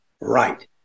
right